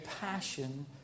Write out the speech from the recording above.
passion